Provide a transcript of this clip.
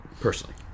personally